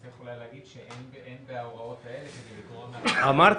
צריך אולי להגיד שאין בהוראות האלה כדי לגרוע --- אמרתי.